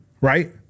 right